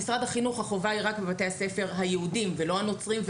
במשרד החינוך החובה היא רק בבתי הספר היהודים ולא הנוצרים,